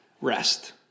rest